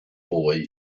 boy